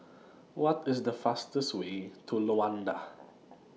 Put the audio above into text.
What IS The fastest Way to Luanda